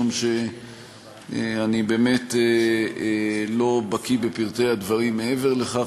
משום שאני באמת לא בקי בפרטי הדברים מעבר לכך,